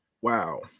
Wow